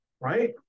right